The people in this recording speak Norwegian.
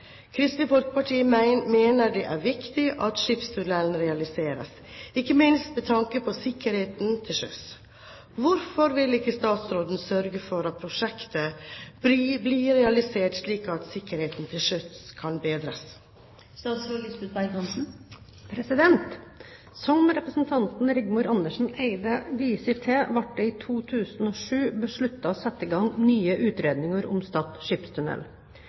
Kristelig Folkeparti mener det er viktig at skipstunnelen realiseres, ikke minst med tanke på sikkerheten til sjøs. Hvorfor vil ikke statsråden sørge for at prosjektet blir realisert, slik at sikkerheten til sjøs kan bedres?» Som representanten Rigmor Andersen Eide viser til, ble det i 2007 besluttet å sette i gang nye utredninger om Stad skipstunnel.